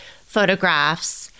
photographs